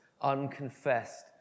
unconfessed